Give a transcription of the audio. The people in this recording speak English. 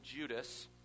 Judas